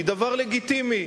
היא דבר לגיטימי.